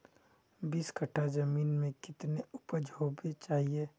बीस कट्ठा जमीन में कितने उपज होबे के चाहिए?